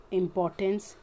importance